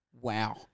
Wow